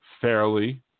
fairly